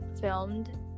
filmed